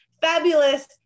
fabulous